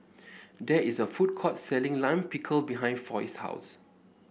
there is a food court selling Lime Pickle behind Foy's house